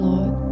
Lord